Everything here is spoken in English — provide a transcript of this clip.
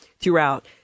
throughout